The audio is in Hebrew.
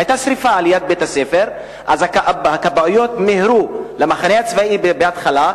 היתה שרפה ליד בית-הספר והכבאיות מיהרו למחנה הצבאי בהתחלה,